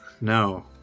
No